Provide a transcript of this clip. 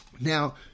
Now